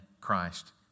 Christ